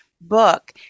book